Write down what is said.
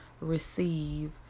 receive